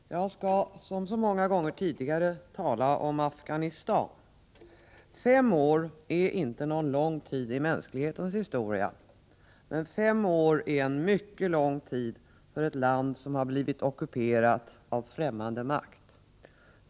Herr talman! Jag skall, som så många gånger tidigare, tala om Afghanistan. Fem år är ingen lång tid i mänsklighetens historia. Men fem år är en mycket lång tid för ett land som har blivit ockuperat av främmande makt.